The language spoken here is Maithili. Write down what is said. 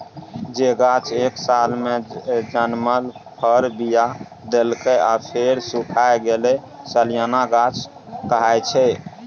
जे गाछ एक सालमे जनमल फर, बीया देलक आ फेर सुखाए गेल सलियाना गाछ कहाइ छै